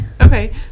Okay